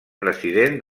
president